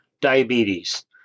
Diabetes